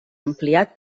ampliat